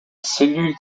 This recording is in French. cellules